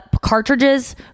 cartridges